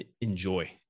enjoy